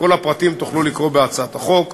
את כל הפרטים תוכלו לקרוא בהצעת החוק.